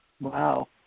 Wow